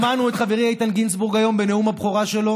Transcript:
שמענו את חברי איתן גינזבורג מדבר היום בנאום הבכורה שלו